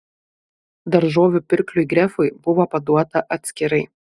daržovių pirkliui grefui buvo paduota atskirai